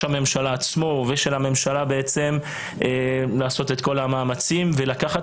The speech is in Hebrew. הממשלה עצמו ושל הממשלה לעשות את כל המאמצים ולקחת